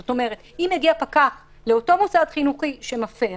זאת אומרת, אם יגיע פקח לאותו מוסד חינוך שמפר